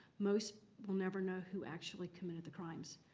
most will never know who actually committed the crimes.